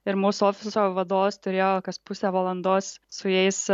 ir mūsų ofiso vadovas turėjo kas pusę valandos su jais